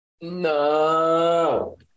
No